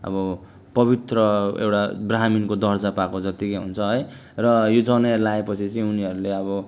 अब पवित्र एउटा ब्राह्मिणको दर्जा पाएको जत्तिकै हुन्छ है र यो जनै लगाएपछि चाहिँ उनीहरूले अब